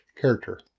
character